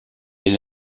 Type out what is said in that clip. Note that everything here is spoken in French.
est